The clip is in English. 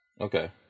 okay